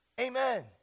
Amen